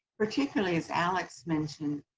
particularly as alex mentioned,